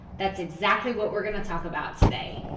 that's exactly what we're gonna talk about today.